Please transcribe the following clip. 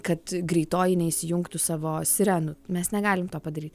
kad greitoji neįsijungtų savo sirenų mes negalim to padaryt